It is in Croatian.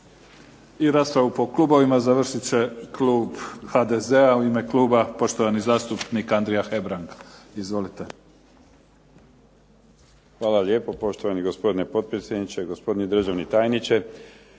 I raspravu po klubovima završit će klub HDZ. U ime kluba poštovani zastupnik Andrija Hebrang. Izvolite. **Hebrang, Andrija (HDZ)** Hvala lijepo. Poštovani gospodine potpredsjedniče, gospodine državni tajniče.